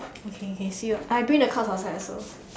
okay okay see you I bring the cards outside also